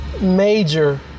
major